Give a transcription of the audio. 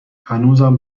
هنوزم